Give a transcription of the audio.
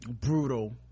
brutal